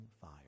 fire